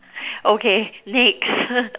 okay next